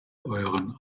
euren